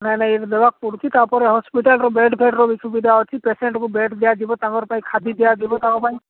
ନାଇଁ ନାଇଁ ଏଟା ଦେବାକୁ ପଡ଼ୁଛି ତାପରେ ହସ୍ପିଟାଲର ବେଡ୍ ଫେଡ୍ର ବି ସୁବିଧା ଅଛି ପେସେଣ୍ଟକୁ ବେଡ୍ ଦିଆଯିବ ତାଙ୍କ ପାଇଁ ଖାଦ୍ୟ ଦିଆଯିବ ତାଙ୍କ ପାଇଁ